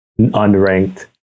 unranked